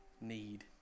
need